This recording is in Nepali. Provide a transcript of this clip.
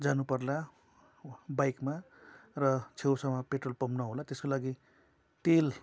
जानु पर्ला बाइकमा र छेउछाउमा पेट्रोल पम्प नहोला त्यसको लागि तेल